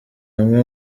amwe